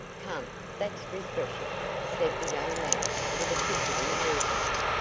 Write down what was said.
come, that's refreshing said the young man with a fidgetty movement.